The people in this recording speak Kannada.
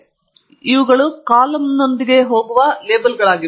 ಆದ್ದರಿಂದ ಇವುಗಳು ಕಾಲಮ್ಗಳೊಂದಿಗೆ ಹೋಗುತ್ತಿರುವ ಲೇಬಲ್ಗಳಾಗಿವೆ